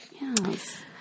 Yes